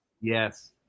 Yes